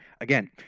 Again